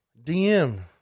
DM